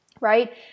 right